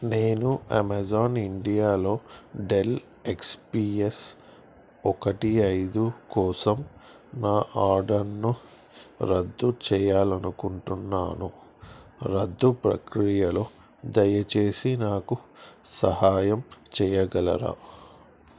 నేను అమెజాన్ ఇండియాలో Dell X P S ఒకటి ఐదు కోసం నా ఆర్డర్ను రద్దు చెయ్యాలి అనుకుంటున్నాను రద్దు ప్రక్రియలో దయచేసి నాకు సహాయం చెయ్యగలరా